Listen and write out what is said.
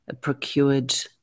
procured